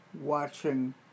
watching